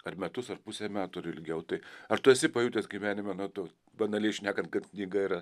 ar metus ar pusę metų ar ilgiau tai ar tu esi pajutęs gyvenime na tu banaliai šnekant kad knyga yra